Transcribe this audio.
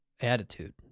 attitude